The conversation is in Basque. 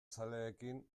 zaleekin